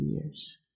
years